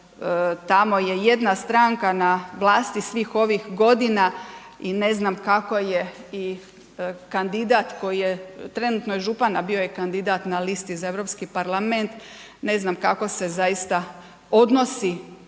tamo je jedna stranka na vlasti svih ovih godina i ne znam kako je i kandidat koji je, trenutno je župan, a bio je kandidat na listi za Europski parlament, ne znam kako se zaista odnosi